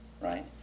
right